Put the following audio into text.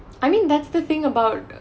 I mean that's the thing about